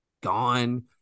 gone